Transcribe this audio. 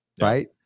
Right